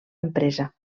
empresa